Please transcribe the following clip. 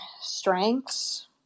strengths